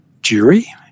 jury